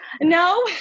no